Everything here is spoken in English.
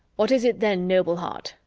what is it then, noble heart?